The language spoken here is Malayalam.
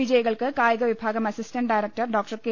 വിജയികൾക്ക് കായിക വിഭാഗം അസിസ്റ്റന്റ് ഡയറക്ടർ ഡോക്ടർ കെ